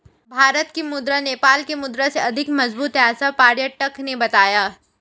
भारत की मुद्रा नेपाल के मुद्रा से अधिक मजबूत है ऐसा पर्यटक ने बताया